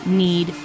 need